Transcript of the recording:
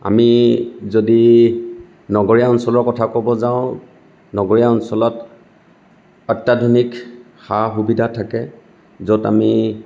আমি যদি নগৰীয়া অঞ্চলৰ কথা ক'বলৈ যাওঁ নগৰীয়া অঞ্চলত অত্যাধুনিক সা সুবিধা থাকে য'ত আমি